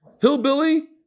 Hillbilly